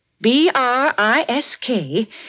B-R-I-S-K